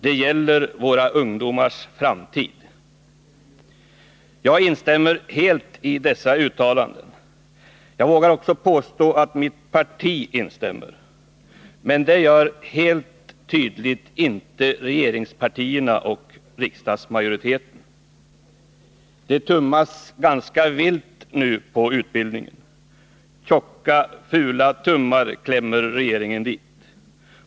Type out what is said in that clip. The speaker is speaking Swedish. Det gäller våra ungdomars framtid.” Jag instämmer helt i dessa uttalanden. Jag vågar också påstå att mitt parti instämmer, men det gör helt tydligt inte regeringspartierna och riksdagsmajoriteten. Det tummas nu ganska vilt på utbildningen. Tjocka, fula ”tummar” klämmer regeringen dit.